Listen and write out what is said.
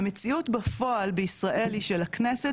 והמציאות בפועל בישראל היא ,שלכנסת